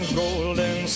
golden